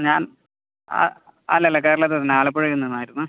ഞാൻ ആ അല്ല അല്ല കേരളത്തിൽ നിന്ന് ആലപ്പുഴയിൽ നിന്നായിരുന്നു